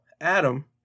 Adam